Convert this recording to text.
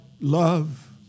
love